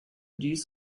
dies